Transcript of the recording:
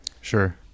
Sure